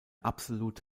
absolut